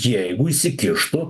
jeigu įsikištų